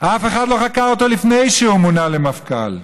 אף אחד לא חקר אותו לפני שהוא נעשה מועמד למפכ"ל.